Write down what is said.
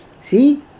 see